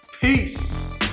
Peace